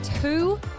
two